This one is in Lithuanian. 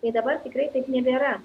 tai dabar tikrai taip nebėra